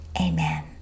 Amen